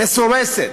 מסורסת.